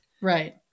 Right